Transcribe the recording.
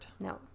no